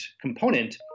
component